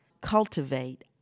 cultivate